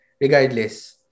regardless